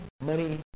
Money